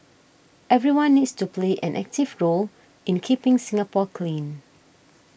everyone needs to play an active role in keeping Singapore clean